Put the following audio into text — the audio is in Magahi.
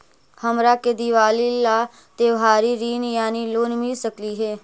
हमरा के दिवाली ला त्योहारी ऋण यानी लोन मिल सकली हे?